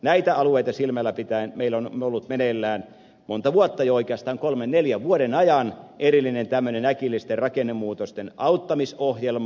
näitä alueita silmälläpitäen meillä on ollut meneillään monta vuotta jo oikeastaan kolmen neljän vuoden ajan erillinen tämmöinen äkillisten rakennemuutosten auttamisohjelma